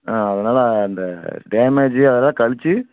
அதனால அந்த டேமேஜ் அதெலாம் கழிச்சு